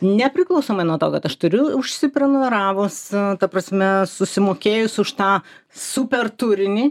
nepriklausomai nuo to kad aš turiu užsiprenumeravus ta prasme susimokėjus už tą super turinį